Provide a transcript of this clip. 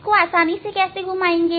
इसको आसानी से कैसे घुमाते हैं